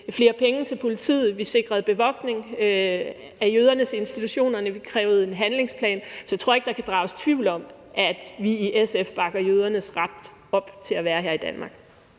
flere penge til politiet, vi sikrede bevogtning af jødernes institutioner, og vi krævede en handlingsplan. Så jeg tror ikke, at der kan drages tvivl om, at vi i SF bakker jødernes ret til at være her i Danmark